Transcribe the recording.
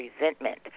resentment